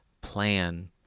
plan